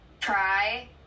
try